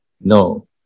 No